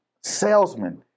salesman